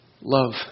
Love